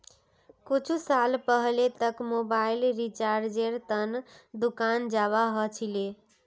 कुछु साल पहले तक मोबाइल रिचार्जेर त न दुकान जाबा ह छिले